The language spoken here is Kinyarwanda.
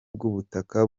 bw’ubutaka